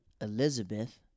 Elizabeth